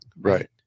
Right